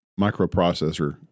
microprocessor